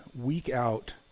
week-out